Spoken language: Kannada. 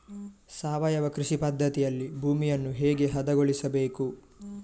ಸಾವಯವ ಕೃಷಿ ಪದ್ಧತಿಯಲ್ಲಿ ಭೂಮಿಯನ್ನು ಹೇಗೆ ಹದಗೊಳಿಸಬೇಕು?